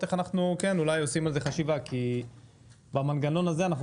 איך אנחנו כן עושים על זה חשיבה כי במנגנון הזה אנחנו